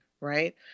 right